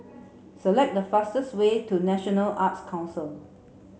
select the fastest way to National Arts Council